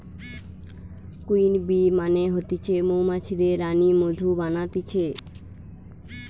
queen bee মানে হতিছে মৌমাছিদের রানী মধু বানাতিছে